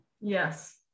Yes